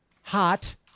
hot